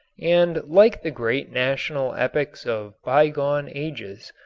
and like the great national epics of bygone ages,